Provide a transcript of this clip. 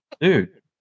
Dude